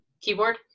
keyboard